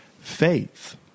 faith